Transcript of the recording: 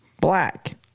black